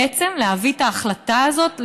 בעצם להביא את ההחלטה הזאת,